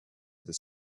this